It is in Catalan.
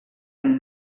amb